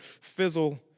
fizzle